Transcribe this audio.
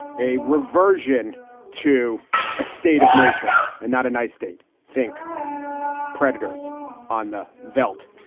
a reversion to a state of nature and not a nice state. think predators on the vault.